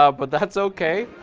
ah but that's okay.